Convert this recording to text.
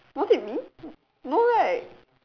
was it me no right